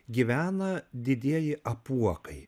gyvena didieji apuokai